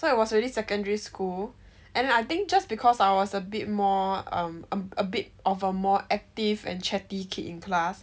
so it was really secondary school and I think just because I was a bit more um a bit of a more active and chatty kid in class